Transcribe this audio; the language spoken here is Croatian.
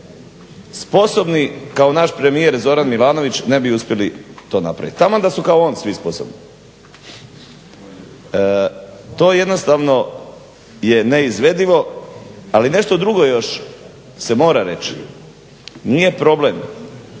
sposobni kao naš premijer Zoran Milanović ne bi uspjeli to napraviti. Taman da su kao on svi sposobni. To jednostavno je neizvedivo. Ali nešto drugo još se mora reći. Nije problem